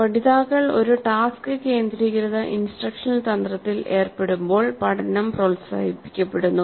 പഠിതാക്കൾ ഒരു ടാസ്ക് കേന്ദ്രീകൃത ഇൻസ്ട്രക്ഷണൽ തന്ത്രത്തിൽ ഏർപ്പെടുമ്പോൾ പഠനം പ്രോത്സാഹിപ്പിക്കപ്പെടുന്നു